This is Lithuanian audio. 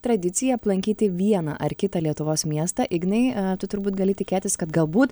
tradiciją aplankyti vieną ar kitą lietuvos miestą ignai tu turbūt gali tikėtis kad galbūt